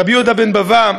רבי יהודה בן בבא,